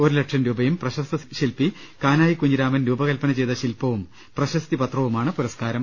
ഒരുലക്ഷം രൂപയും പ്രശസ്ത ശില്പി കാനായി കുഞ്ഞിരമാൻ രൂപകല്പന ചെയ്ത ശില്പവും പ്രശസ്തി പത്രവുമാണ് പുരസ്കാരം